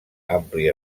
ampli